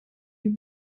you